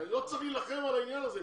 אני לא צריך להילחם על העניין הזה,